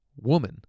woman